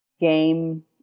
game